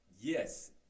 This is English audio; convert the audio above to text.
Yes